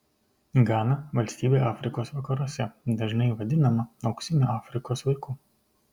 gana valstybė afrikos vakaruose dažnai vadinama auksiniu afrikos vaiku